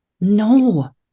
No